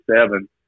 seven